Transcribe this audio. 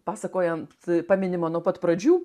pasakojant paminima nuo pat pradžių